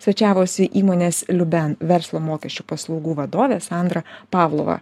svečiavosi įmonės liuben verslo mokesčių paslaugų vadovė sandra pavlova